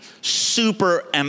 Super